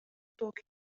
طوكيو